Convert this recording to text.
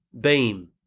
beam